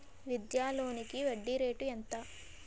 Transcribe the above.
విద్యా లోనికి వడ్డీ రేటు ఎంత?